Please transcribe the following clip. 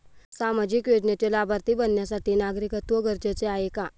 सामाजिक योजनेचे लाभार्थी बनण्यासाठी नागरिकत्व गरजेचे आहे का?